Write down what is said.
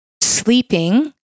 sleeping